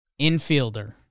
Infielder